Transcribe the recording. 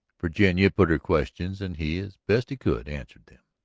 virginia put her questions and he, as best he could, answered them.